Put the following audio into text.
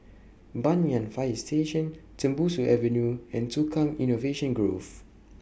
Banyan Fire Station Tembusu Avenue and Tukang Innovation Grove